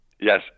Yes